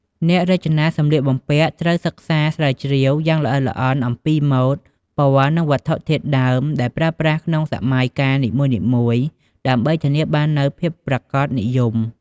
អ្នករចនាសម្លៀកបំពាក់ត្រូវសិក្សាស្រាវជ្រាវយ៉ាងល្អិតល្អន់អំពីម៉ូដ ពណ៌ និងវត្ថុធាតុដើមដែលប្រើប្រាស់ក្នុងសម័យកាលនីមួយៗ ដើម្បីធានាបាននូវភាពប្រាកដនិយម។